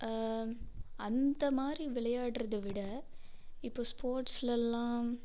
அந்த மாதிரி விளையாட்டுறத விட இப்போது ஸ்போர்ட்ஸ்லெல்லாம்